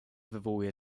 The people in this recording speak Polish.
wywołuje